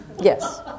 yes